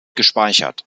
gespeichert